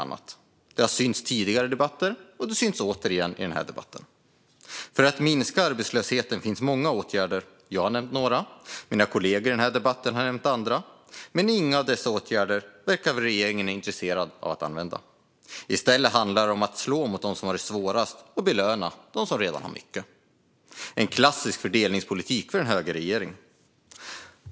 Detta har synts i tidigare debatter, och det syns återigen i denna debatt. För att minska arbetslösheten finns många åtgärder. Jag har nämnt några, och mina kollegor i debatten har nämnt andra. Men regeringen verkar inte intresserad av att använda någon av dessa åtgärder. I stället handlar det om att slå mot dem som har det svårast och belöna dem som redan har mycket. Det är klassisk fördelningspolitik för en högerregering.